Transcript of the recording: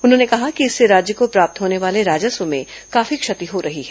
उन्होंने कहा कि इससे राज्य को प्राप्त होने वाले राजस्व में काफी क्षति हो रही है